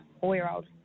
four-year-old